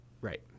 right